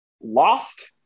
lost